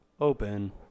Open